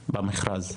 במכרז.